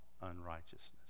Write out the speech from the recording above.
unrighteousness